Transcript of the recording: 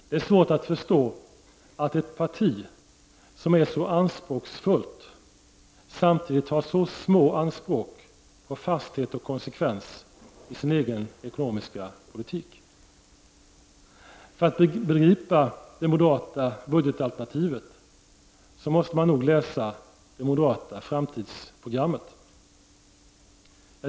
Det är svårt att förstå att ett parti som är så anspråksfullt samtidigt har så små anspråk på fasthet och konsekvens i sin egen ekonomiska politik. För att begripa det moderata budgetalternativet måste man läsa det moderata framtidsprogrammet.